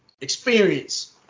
Experience